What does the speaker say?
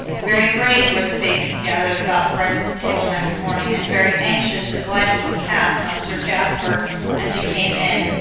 very grave were the faces gathered about the breakfast table next morning, and very anxious the glances cast on sir jasper as he came in,